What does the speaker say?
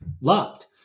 loved